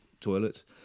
toilets